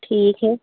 ठीक है